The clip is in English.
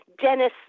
dennis